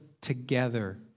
together